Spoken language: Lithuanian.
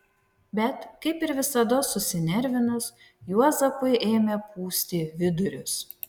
bet kaip ir visados susinervinus juozapui ėmė pūsti vidurius